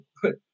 put